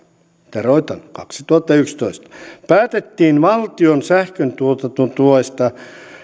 teroitan kaksituhattayksitoista päätettiin valtion sähköntuotantotuesta